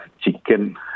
chicken